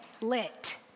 Lit